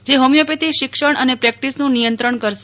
જે હોમીયોપેથી શિક્ષણ અને પ્રેકટિસનું નિયંત્રણ કરશે